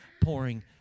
pouring